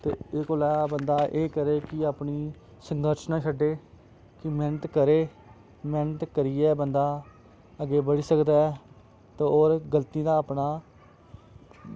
ते एह् कोला बंदा एह् करै कि अपनी संघर्श ना छड्डे कि मेह्नत करै मेह्नत करियै बंदा अग्गें बड़ी सकदा ऐ ते होर गल्ती दा अपना